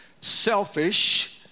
selfish